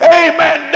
amen